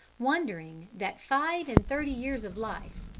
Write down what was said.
wondering that five-and-thirty years of life,